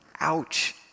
Ouch